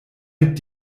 mit